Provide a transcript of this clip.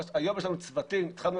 היום יש לנו צוותים, התחלנו